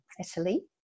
Italy